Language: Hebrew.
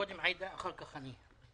קודם עאידה ואחר כך אני.